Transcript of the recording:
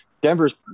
Denver's